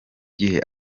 gihe